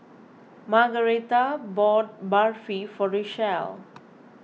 Margaretha bought Barfi for Richelle